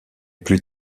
plus